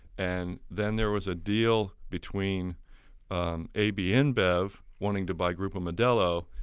and then there was a deal between abn bev wanting to buy groupo modelo,